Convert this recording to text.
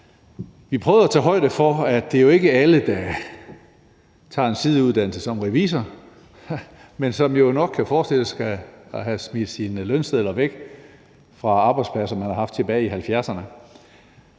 Vi prøvede at tage højde for, at det jo ikke er alle, der tager en sideuddannelse som revisor, men som man jo nok kan forestille sig har smidt deres lønsedler væk fra arbejdspladser, de har haft tilbage i 1970'erne.